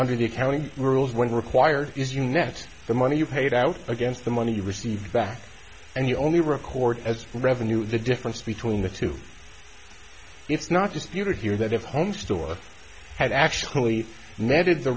under the accounting rules when required is you net the money you paid out against the money you received back and you only record as a revenue the difference between the two it's not just the unit here that home store had actually netted the